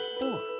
four